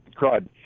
crud